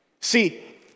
See